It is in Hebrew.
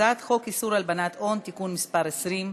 הצעת חוק איסור הלבנת הון (תיקון מס' 20),